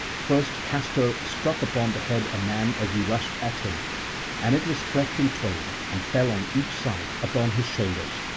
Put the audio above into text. first castor struck upon the head a man as he rushed at him and it was cleft in twain and fell on each side upon his shoulders.